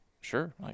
sure